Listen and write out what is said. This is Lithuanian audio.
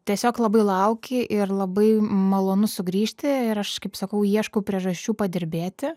tiesiog labai lauki ir labai malonu sugrįžti ir aš kaip sakau ieškau priežasčių padirbėti